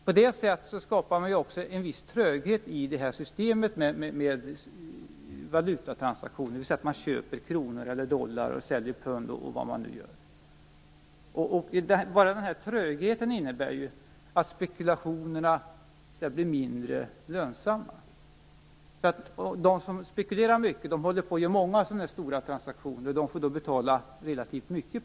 På det sättet skapas också en viss tröghet i systemet med valutatransaktioner, dvs. köpa kronor eller dollar och säljer pund osv. Trögheten skulle innebära att spekulationerna blir mindre lönsamma. De som spekulerar mycket och gör många stora transaktioner får betala relativt mycket.